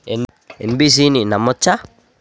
NBFC ని నమ్మచ్చా?